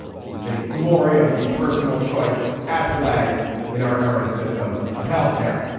this is a glory of the personal choice at play in our current system of health care.